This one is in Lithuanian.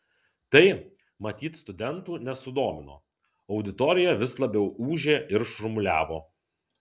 tai matyt studentų nesudomino auditorija vis labiau ūžė ir šurmuliavo